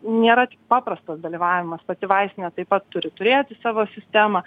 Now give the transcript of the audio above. nėra paprastas dalyvavimas pati vaistinė taip pat turi turėti savo sistemą